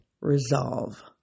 resolve